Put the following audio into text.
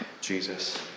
Jesus